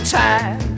time